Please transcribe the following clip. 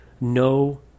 no